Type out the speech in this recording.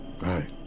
Right